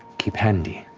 keep handy.